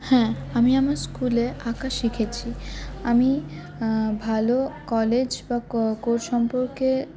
হ্যাঁ আমি আমার স্কুলে আঁকা শিখেছি আমি ভালো কলেজ বা কো কোর্স সম্পর্কে